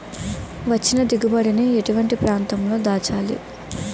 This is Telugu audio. వచ్చిన దిగుబడి ని ఎటువంటి ప్రాంతం లో దాచాలి?